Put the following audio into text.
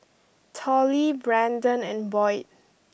Tollie Braden and Boyd